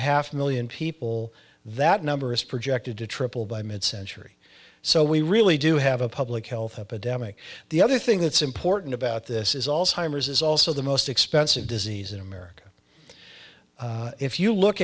half million people that number is projected to triple by mid century so we really do have a public health epidemic the other thing that's important about this is also timers is also the most expensive disease in america if you look